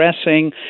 addressing